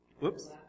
Whoops